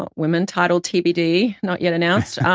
but women, title tbd, not yet announced.